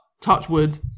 Touchwood